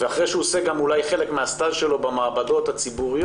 ואחרי שהוא עושה אולי חלק מהסטאז' שלו במעבדות הציבורית,